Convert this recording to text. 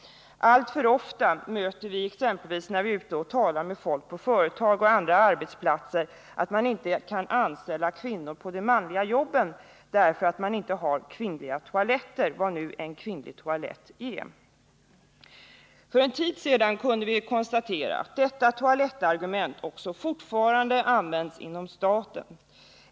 Alltför ofta möter vi, när vi är ute och talar med folk på företag och andra arbetsplatser, argumentet att man inte kan anställa kvinnor på de manliga jobben därför att man inte har kvinnliga toaletter — vad nu en kvinnlig toalett kan vara. För en tid sedan kunde vi också konstatera att detta toalettargument fortfarande används inom staten.